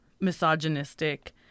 misogynistic